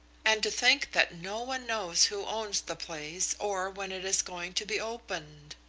and to think that no one knows who owns the place or when it is going to be opened